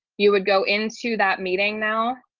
you would go into that meeting now.